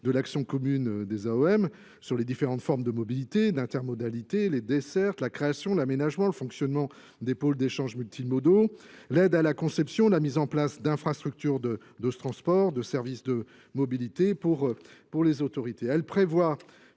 de l'action commune des oem sur les différentes formes de mobilité d'intermodalité les desserts la création l'aménagement le fonctionnement des pôles d'échanges multimodaux l'aide à la conception, la mise en place d'infrastructures de transport, de services, de mobilité, Pour les autorités,